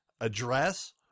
address